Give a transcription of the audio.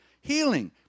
healing